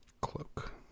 Cloak